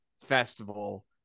festival